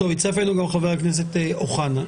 הצטרף אלינו גם חבר כנסת אוחנה.